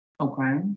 Okay